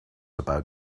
about